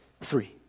three